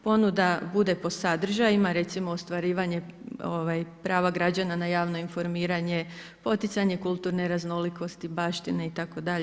Ponuda bude po sadržajima recimo ostvarivanje prava građana na javno informiranje, poticanje kulturne raznolikosti, baštine itd.